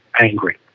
angry